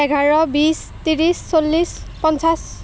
এঘাৰ বিছ ত্ৰিছ চল্লিছ পঞ্চাছ